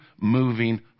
moving